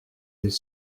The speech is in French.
des